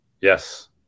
Yes